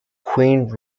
queen